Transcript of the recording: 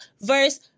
verse